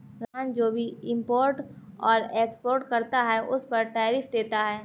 रहमान जो भी इम्पोर्ट और एक्सपोर्ट करता है उस पर टैरिफ देता है